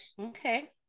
Okay